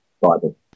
Bible